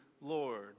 Lord